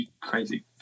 Crazy